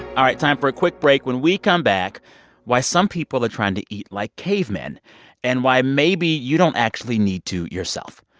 all right. time for a quick break. when we come back why some people are trying to eat like cavemen and why maybe you don't actually need to yourself.